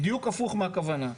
בדיוק הפוך מהכוונה.